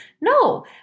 No